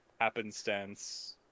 happenstance